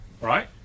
right